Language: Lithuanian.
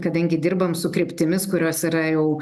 kadangi dirbam su kryptimis kurios yra jau